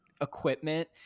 equipment